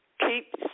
Keep